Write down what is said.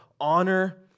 honor